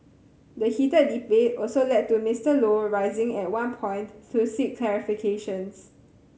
the heated debate also led to Mister Low rising at one point to seek clarifications